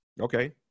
okay